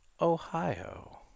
Ohio